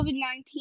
COVID-19